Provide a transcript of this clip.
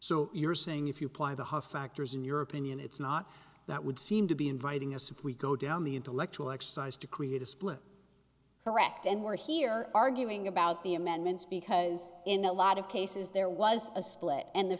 so you're saying if you apply the hot factors in your opinion it's not that would seem to be inviting us if we go down the intellectual exercise to create a split correct and we're here arguing about the amendments because in a lot of cases there was a split and the